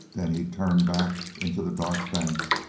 then he turned back into the dark bank,